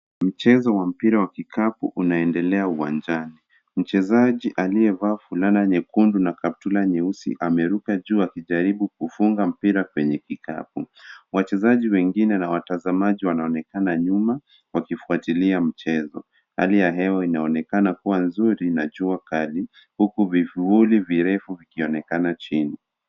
Mchezo wa mpira wa kijapu unaendelea uwanjani, mchezaji aliyevaa vulana nyekundu Na kaptura nyeusi ameruka juu akijaribu kufunga mpira kwenye kikapu, wachezaji wengine na watazamaji wanaonekana nyuma wakifuatilia mchezo hali ya hewa inaonekana kuwa nzuri na jua kali huku vifuuli virefu vikionekana chini